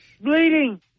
bleeding